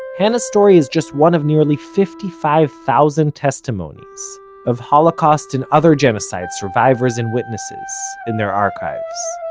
hana's story is just one of nearly fifty-five thousand testimonies of holocaust and other genocide survivors and witnesses in their archives.